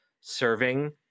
serving